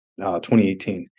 2018